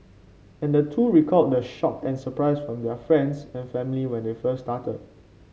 and the two recalled the shock and surprise from their friends and family when they first started